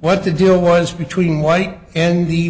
what the deal was between white and the